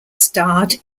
starred